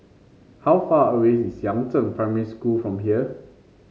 how far away is Yangzheng Primary School from here